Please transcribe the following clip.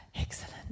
Excellent